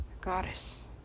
Goddess